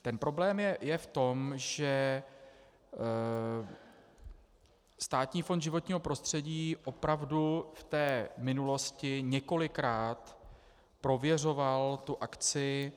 Ten problém je v tom, že Státní fond životního prostředí opravdu v minulosti několikrát prověřoval tu akci.